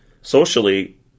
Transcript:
socially